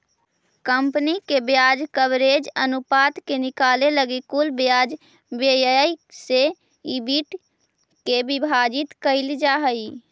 company के ब्याज coverage अनुपात के निकाले लगी कुल ब्याज व्यय से ईबिट के विभाजित कईल जा हई